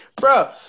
bro